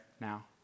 now